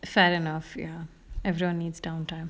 fair enough ya everyone needs downtime